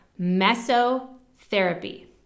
mesotherapy